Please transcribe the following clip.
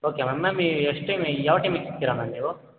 okay ma'am ma'am ಈ ಎಷ್ಟು ಟಿಮಿ ಯಾವ ಟೈಮಿಗೆ ಸಿಕ್ತಿರ ಮ್ಯಾಮ್ ನೀವು